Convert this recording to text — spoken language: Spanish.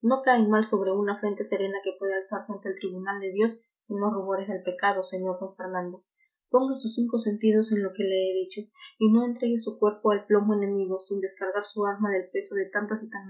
no caen mal sobre una frente serena que puede alzarse ante el tribunal de dios sin los rubores del pecado sr d fernando ponga sus cinco sentidos en lo que le he dicho y no entregue su cuerpo al plomo enemigo sin descargar su alma del peso de tantas y tan